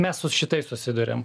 mes su šitais susiduriam